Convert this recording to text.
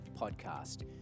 Podcast